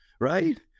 right